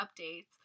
updates